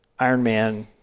Ironman